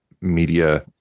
media